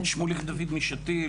שמוליק דויד משתיל.